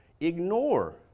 ignore